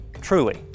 Truly